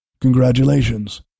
Congratulations